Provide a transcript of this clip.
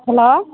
hello